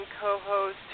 co-host